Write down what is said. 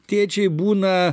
tėčiai būna